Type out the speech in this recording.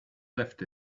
left